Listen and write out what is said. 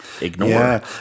Ignore